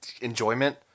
enjoyment